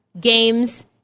games